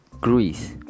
Greece